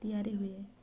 ତିଆରି ହୁଏ